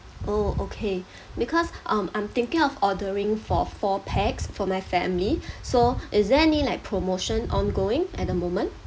oh okay because um I'm thinking of ordering for four pax for my family so is there any like promotion ongoing at the moment